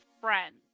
friends